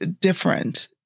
different